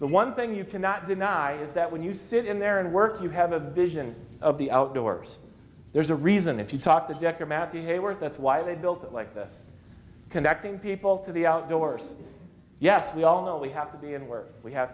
the one thing you cannot deny is that when you sit in there and work you have a vision of the outdoors there's a reason if you talk to decker matthew hayworth that's why they built it like this connecting people to the outdoors yes we all know we have to be in work we have